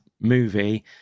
movie